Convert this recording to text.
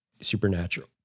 supernatural